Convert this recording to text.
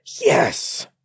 yes